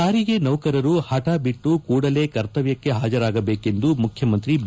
ಸಾರಿಗೆ ನೌಕರರು ಪಠ ಬಿಟ್ಟು ಕೂಡಲೇ ಕೂಡಲೇ ಪಾಜರಾಗಬೇಕೆಂದು ಮುಖ್ಯಮಂತ್ರಿ ಬಿ